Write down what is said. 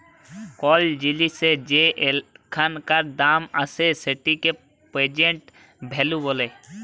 call জিলিসের যে এখানকার দাম আসে সেটিকে প্রেজেন্ট ভ্যালু ব্যলে